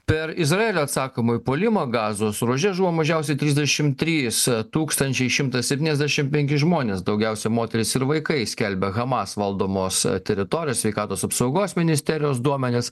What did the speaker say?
per izraelio atsakomą puolimą gazos ruože žuvo mažiausiai trisdešim trys tūkstančiai šimtas septyniasdešim penki žmonės daugiausia moterys ir vaikai skelbia hamas valdomos teritorijos sveikatos apsaugos ministerijos duomenys